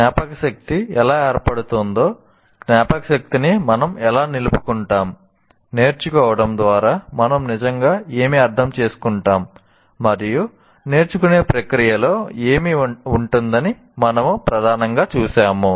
జ్ఞాపకశక్తి ఎలా ఏర్పడుతుందో జ్ఞాపకశక్తిని మనం ఎలా నిలుపుకుంటాం నేర్చుకోవడం ద్వారా మనం నిజంగా ఏమి అర్థం చేసుకుంటాం మరియు నేర్చుకునే ప్రక్రియలో ఏమి ఉంటుందని మనము ప్రధానంగా చూశాము